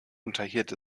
unterhielt